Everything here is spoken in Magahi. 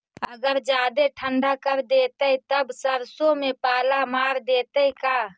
अगर जादे ठंडा कर देतै तब सरसों में पाला मार देतै का?